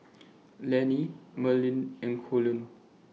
Lanny Marlen and Colleen